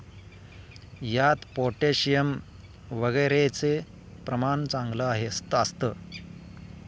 यात पोटॅशियम वगैरेचं प्रमाण चांगलं असतं